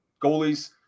goalies